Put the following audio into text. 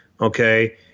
okay